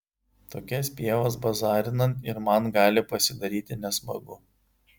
tokias pievas bazarinant ir man gali pasidaryti nesmagu